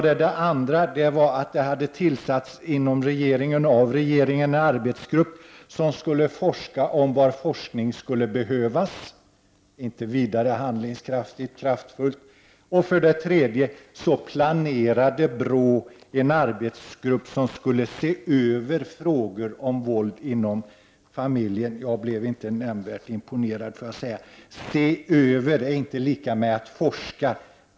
Det andra var att det av regeringen, inom regeringen, hade tillsatts en arbetsgrupp som skulle forska om var forskning skulle behövas — inte vidare handlingskraftigt eller kraftfullt. För det tredje planerade brottsförebyggande rådet en arbetsgrupp som skulle se över frågan om våld inom familjen. Jag blev inte nämnvärt imponerad. Att se över är inte lika med att forska.